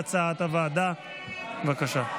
הוועדה, בבקשה.